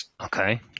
Okay